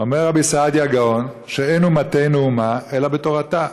אומר רבי סעדיה גאון שאין אומתנו אומה אלא בתורתה.